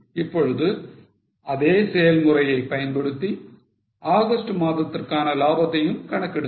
இப்பொழுது அதே செயல் முறையை பயன்படுத்தி ஆகஸ்ட் மாதத்திற்கான லாபத்தையும் கணக்கிடுங்கள்